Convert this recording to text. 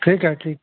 ठीक है ठीक